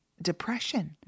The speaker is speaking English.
depression